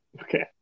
Okay